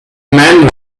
man